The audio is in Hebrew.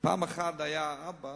פעם אחת היה אבא